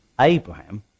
Abraham